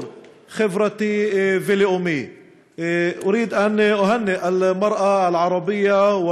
חברתי ולאומי (אומר דברים בשפה הערבית,